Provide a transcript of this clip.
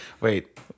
Wait